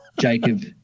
Jacob